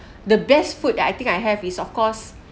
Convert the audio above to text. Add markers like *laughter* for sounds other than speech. *breath* the best food that I think I have is of course